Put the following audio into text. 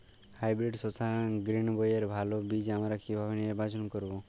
Hybrid শসা গ্রীনবইয়ের ভালো বীজ আমরা কিভাবে নির্বাচন করব?